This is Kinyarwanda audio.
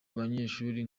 banyeshuri